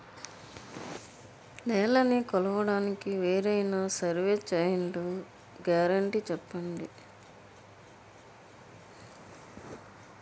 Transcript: నేలనీ కొలవడానికి వేరైన సర్వే చైన్లు గ్యారంటీ చెప్పండి?